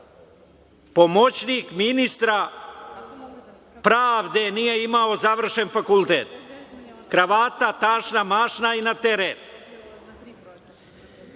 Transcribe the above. pomoćnik ministra pravde nije imao završen fakultet. Kravata, tašna, mašna i na teren. Jedan